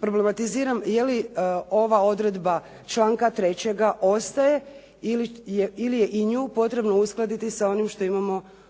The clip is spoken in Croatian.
problematiziram je li ova odredba članka 3. ostaje ili je i nju potrebno uskladiti sa onim što imamo u